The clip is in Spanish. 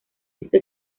hizo